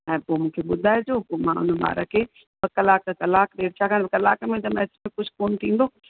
ऐं पोइ मूंखे ॿुधाइजो पोइ मां हुन ॿार खे ॿ कलाक कलाक छाकाणि त कलाक में त मैथ्स जो कुझु कोन थींदो